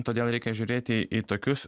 todėl reikia žiūrėti į tokius